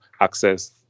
access